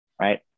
right